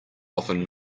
often